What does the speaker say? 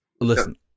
listen